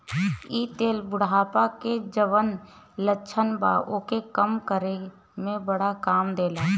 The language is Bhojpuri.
इ तेल बुढ़ापा के जवन लक्षण बा ओके कम करे में बड़ा काम देला